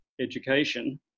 education